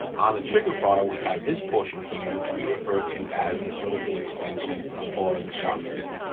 on the trigger bar we have this portion here which we refer to as the vertical extension or the shark fin.